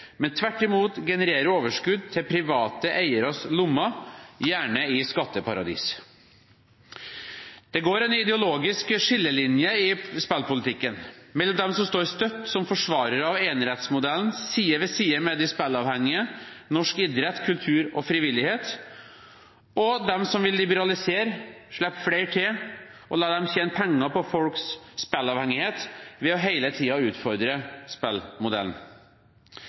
men tvert imot genererer overskudd til private eieres lommer, gjerne i skatteparadis. Det går en ideologisk skillelinje i spillpolitikken mellom dem som står støtt som forsvarere av enerettsmodellen, side om side med de spilleavhengige, norsk idrett, kultur og frivillighet, og dem som vil liberalisere, slippe flere til og la dem tjene penger på folks spilleavhengighet ved hele tiden å utfordre spillmodellen.